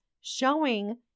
showing